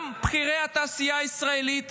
גם בכירי התעשייה הישראלית